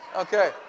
Okay